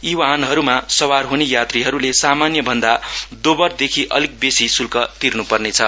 यी वाहनहरूमा सवार हुने यात्रीहरूले सामान्य भन्दा दोब्बर देखि अलिक बेसी शुल्क तिर्नुपर्नेछ